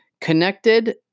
connected